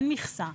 אין מכסה.